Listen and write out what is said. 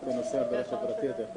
אלכס הצביע בעד קודם.